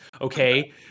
Okay